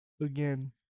Again